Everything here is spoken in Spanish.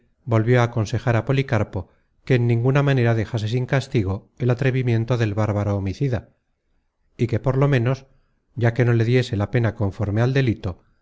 volvió á aconsejar á policarpo que en ninguna manera dejase sin castigo el atrevimiento del bárbaro homicida y que por lo menos ya que no le diese la pena conforme al delito